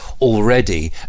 already